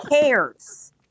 cares